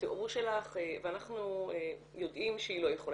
התיאור שלך" ואנחנו יודעים שהיא לא יכולה,